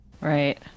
Right